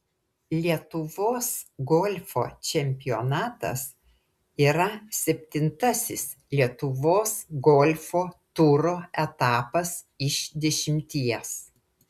lietuvos golfo čempionatas yra septintasis lietuvos golfo turo etapas iš dešimties